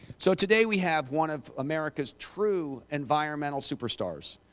so today we have one of america's true environmental superstars.